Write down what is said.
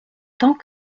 tant